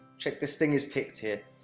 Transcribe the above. check this thing is ticked, here.